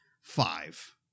five